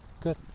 good